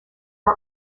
are